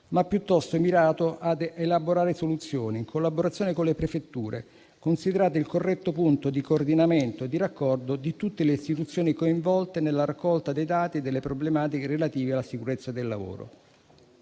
ma anche mirato ad elaborare soluzioni in collaborazione con le prefetture, considerate il corretto punto di coordinamento e di raccordo di tutte le istituzioni coinvolte nella raccolta dei dati e delle problematiche relative alla sicurezza del lavoro.